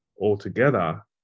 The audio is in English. altogether